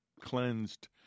cleansed